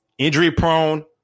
Injury-prone